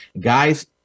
Guys